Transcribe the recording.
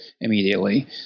immediately